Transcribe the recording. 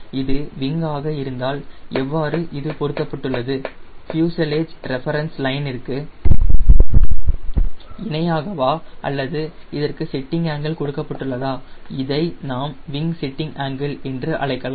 இது விங் ஆக இருந்தால் எவ்வாறு எது பொருத்தப்பட்டுள்ளது ஃப்யூசலெஜ் ரெஃபரன்ஸ் லைன்ற்கு இணையாகவா அல்லது இதற்கு செட்டிங் ஆங்கிள் கொடுக்கப்பட்டுள்ளதா இதை நாம் விங் செட்டிங் ஆங்கிள் என அழைக்கலாம்